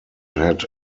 had